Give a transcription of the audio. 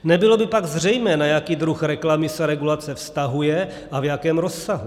Nebylo by pak zřejmé, na jaký druh reklamy se regulace vztahuje a v jakém rozsahu.